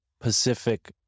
Pacific